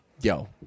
yo